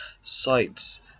sites